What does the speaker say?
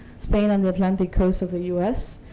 spain and the atlantic coast of the u s.